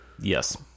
yes